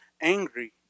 angry